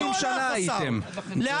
20 שנה הייתם --- אתה שר או קמפייניסט?